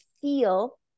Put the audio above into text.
feel